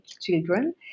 children